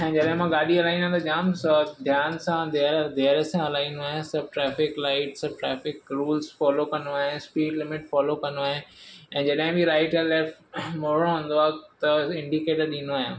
ऐं जॾहिं मां गाॾी हलाईंदो आहियां त जाम सभु ध्यान सां धैर्य धैर्य सां हलाईंदो आहियां सभु ट्रैफ़िक लाइट्स सभु ट्रैफ़िक रूल्स फ़ॉलो कंदो आहियां स्पीड लिमिट फ़ॉलो कंदो आहियां ऐं जॾहिं बि राइट एंड लेफ्ट मोड़णो हूंदो आहे त इंडिकेटर ॾींदो आहियां